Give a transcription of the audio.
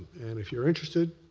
and if you're interested,